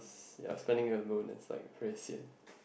yes spending alone and like phase in